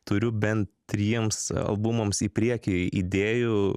turiu bent triems albumams į priekį idėjų